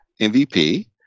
MVP